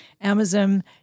Amazon